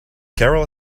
carol